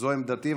זו עמדתי,